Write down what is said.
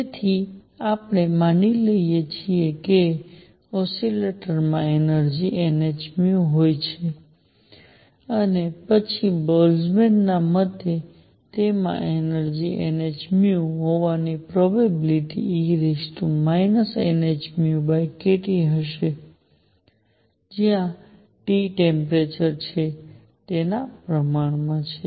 તેથી આપણે માની લઈએ કે ઓસિલેટરમાં એનર્જિ nhν હોય છે પછી બોલ્ટ્ઝમેન ના મતે તેમાં એનર્જિ nhν હોવાની પ્રોબેબિલીટી e nhνkT હશે જ્યાં T ટેમ્પરેચર છે તેના પ્રમાણમાં છે